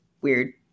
weird